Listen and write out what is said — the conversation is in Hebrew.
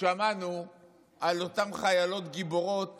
שמענו על אותן חיילות גיבורות